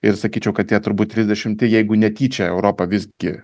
ir sakyčiau kad tie turbūt trisdešimti jeigu netyčia europa visgi